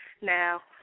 Now